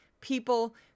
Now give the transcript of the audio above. people